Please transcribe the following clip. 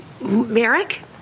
Merrick